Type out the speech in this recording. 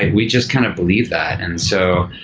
and we just kind of believe that. and so